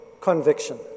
conviction